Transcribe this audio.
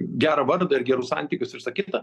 gerą vardą ir gerus santykius visą kitą